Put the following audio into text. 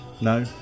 No